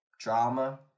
drama